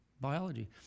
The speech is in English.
biology